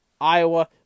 Iowa